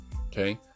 Okay